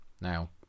now